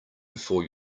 before